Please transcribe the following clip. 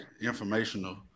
informational